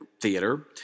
theater